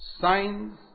signs